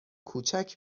کوچک